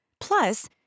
Plus